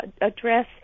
address